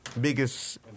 biggest